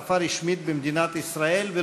שפה רשמית במדינת ישראל,